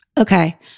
Okay